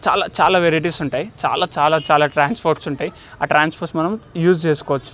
చాలా చాలా వెరైటీస్ ఉంటాయి చాలా చాలా చాలా ట్రాన్స్పోర్ట్స్ ఉంటాయి ఆ ట్రాన్స్పోర్ట్స్ మనం యూజ్ చేసుకోవచ్చు